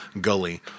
gully